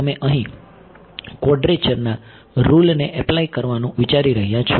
તો તમે અહી ક્વોડ્રેચર ના રુલ ને એપ્લાય કરવાનું વિચારી રહ્યા છો